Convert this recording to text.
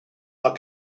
are